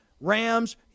Rams